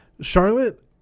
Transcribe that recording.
Charlotte